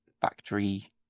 factory